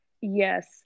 yes